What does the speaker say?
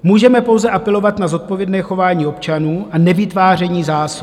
Můžeme pouze apelovat na zodpovědné chování občanů a nevytváření zásob.